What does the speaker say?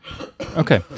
Okay